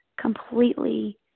completely